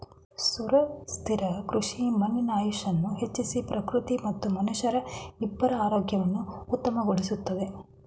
ಸುಸ್ಥಿರ ಕೃಷಿ ಮಣ್ಣಿನ ಆಯಸ್ಸನ್ನು ಹೆಚ್ಚಿಸಿ ಪ್ರಕೃತಿ ಮತ್ತು ಮನುಷ್ಯರ ಇಬ್ಬರ ಆರೋಗ್ಯವನ್ನು ಉತ್ತಮಗೊಳಿಸುತ್ತದೆ